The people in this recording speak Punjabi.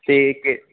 ਠੀਕ ਹੈ